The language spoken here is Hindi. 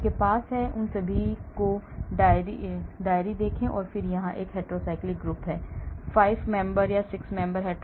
उनके पास है उन सभी को diaryl देखें और फिर यहाँ एक hetero cycle group है 5 सदस्य या 6 member hetero cycle